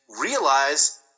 realize